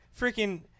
freaking